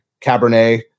Cabernet